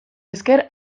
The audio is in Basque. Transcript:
esker